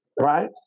right